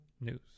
news